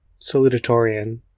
salutatorian